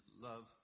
love